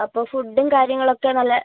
അപ്പോൾ ഫുഡ്ഡും കാര്യങ്ങളൊക്കെ നല്ല